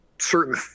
certain